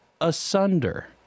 asunder